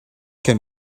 can